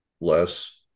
less